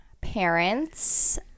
parents